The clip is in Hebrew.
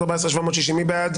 14,741 עד 14,760, מי בעד?